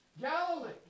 Galilee